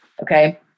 Okay